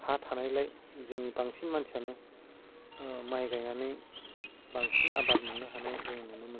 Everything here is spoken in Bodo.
हा थानायलाय जोंनि बांसिन मानसियानो ओह माय गायनानै बांसिन आबाद मोननो हानाय जों नुनो मोनो